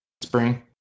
spring